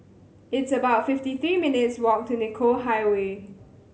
it's about fifty three minutes' walk to Nicoll Highway